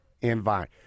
invite